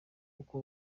uko